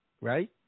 right